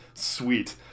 Sweet